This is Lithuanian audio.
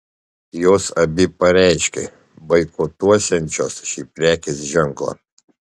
jos abi pareiškė boikotuosiančios šį prekės ženklą